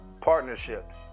Partnerships